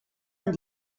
amb